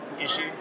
issue